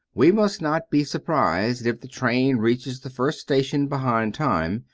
we must not be surprised if the train reaches the first station behind time,